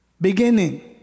beginning